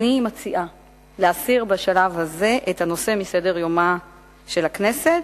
אני מציעה להסיר בשלב הזה את הנושא מסדר-יומה של הכנסת,